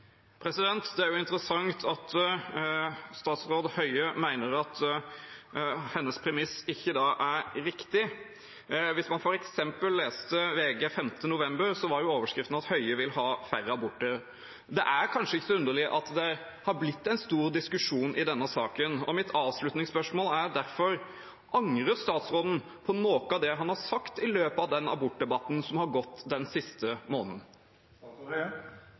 Det er interessant at statsråd Høie mener at hennes premiss da ikke er riktig. Hvis man f.eks. leste VG 5. november, var en overskrift: «Høie vil ha færre aborter.» Det er kanskje ikke så underlig at det har blitt en stor diskusjon i denne saken, og mitt avslutningsspørsmål er derfor: Angrer statsråden på noe av det han har sagt i løpet av den abortdebatten som har gått den siste måneden?